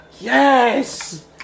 Yes